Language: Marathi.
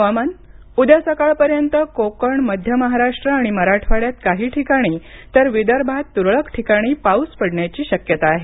हवामान उद्या सकाळपर्यंत कोकण मध्य महाराष्ट्र आणि मराठवाड्यात काही ठिकाणी तर विदर्भात तुरळक ठिकाणी पाऊस पडण्याची शक्यता आहे